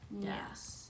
Yes